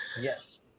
yes